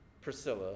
Priscilla